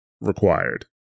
required